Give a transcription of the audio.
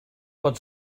pot